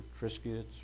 triscuits